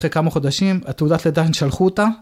יותר כמה חודשים, התעודת לידה הם שלחו אותה.